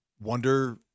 wonder